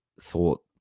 thought